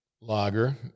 Lager